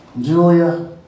Julia